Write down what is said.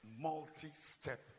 multi-step